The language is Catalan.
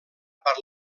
per